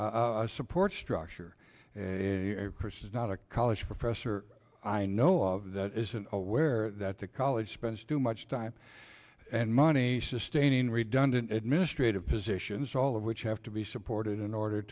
superstructure support structure it is not a college professor i know of that isn't aware that the college spends too much time and money sustaining redundant administrative positions all of which have to be supported in order